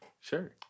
Sure